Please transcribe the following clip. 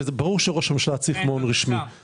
וזה ברור שראש הממשלה צריך מעון רשמי,